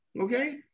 okay